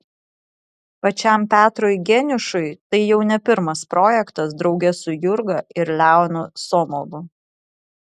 pačiam petrui geniušui tai jau ne pirmas projektas drauge su jurga ir leonu somovu